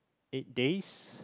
eight days